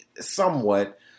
somewhat